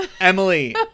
Emily